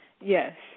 Yes